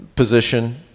position